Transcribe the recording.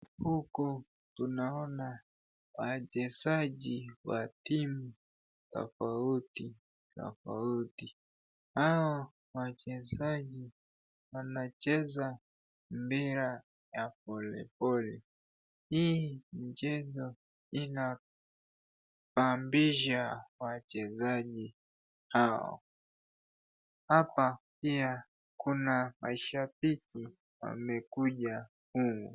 Huko tunaona wachezaji wa timu tofauti tofauti. Hao wachezaji wanacheza mpira ya polepole. Hii mchezo ina pambisha wachezaji hao. Hapa pia kuna mashabiki wamekuja humu.